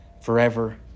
forever